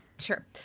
Sure